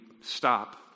stop